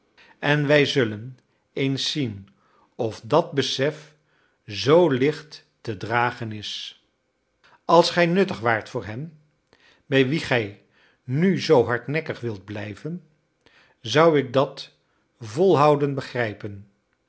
en wij zullen eens zien of dat besef zoo licht te dragen is als gij nuttig waart voor hen bij wie gij nu zoo hardnekkig wilt blijven zou ik dat volhouden begrijpen